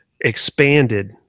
expanded